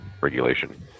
regulation